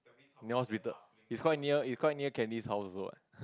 that was retard quite near is quite near Candy's house also what